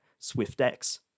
SwiftX